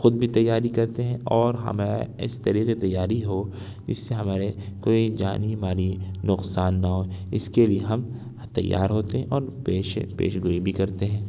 خود بھی تیاری کرتے ہیں اور ہمیں اس طرح کی تیاری ہو اس سے ہمارے کوئی جانی مالی نقصان نہ ہو اس کے لیے ہم تیار ہوتے ہیں اور پیشے پیشگوئی بھی کرتے ہیں